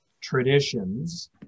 traditions